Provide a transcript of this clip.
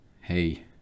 Hey